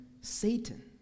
Satan